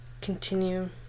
continue